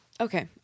Okay